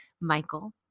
michael